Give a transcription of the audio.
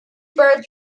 birds